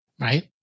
right